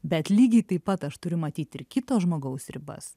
bet lygiai taip pat aš turiu matyt ir kito žmogaus ribas